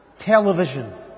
television